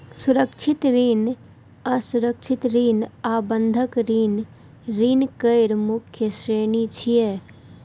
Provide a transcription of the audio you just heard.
सुरक्षित ऋण, असुरक्षित ऋण आ बंधक ऋण ऋण केर मुख्य श्रेणी छियै